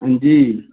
हां जी